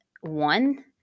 one